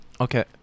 Okay